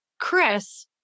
Chris